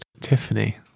Tiffany